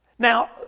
Now